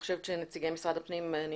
נציגי משרד הפנים, אני